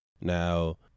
Now